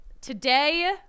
today